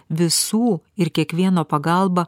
visų ir kiekvieno pagalba